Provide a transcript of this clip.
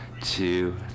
two